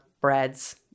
breads